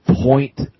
point